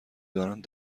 دارند